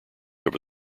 over